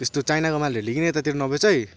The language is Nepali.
यस्तो चाइनाको मालहरू लिई यतातिर नबेच है